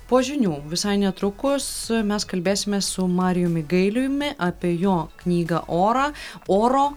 po žinių visai netrukus mes kalbėsimės su marijumi gailiumi apie jo knygą orą oro